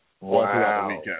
Wow